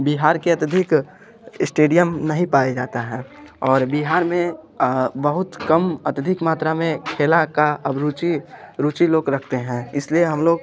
बिहार के अत्यधिक इस्टेडियम नहीं पाए जाता है और बिहार में बहुत कम अत्यधिक मात्रा में खेला का अब रुचि रुचि लोग रखते हैं इसलिए हम लोग